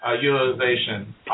utilization